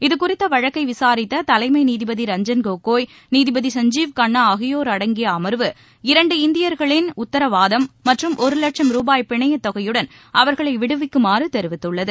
இது குறித்த வழக்கை விசாரித்த தலைமை நீதிபதி ரஞ்சன் கோகாய் நீதிபதி சஞ்ஜீவ் கண்ணா ஆகியோர் அடங்கிய அமர்வு இரண்டு இந்தியர்களின் உத்தரவாதம் மற்றம் ஒரு வட்சம் ரரபாய் பிணையத் தொகையுடன் அவர்களை விடுவிக்குமாறு தெரிவித்துள்ளது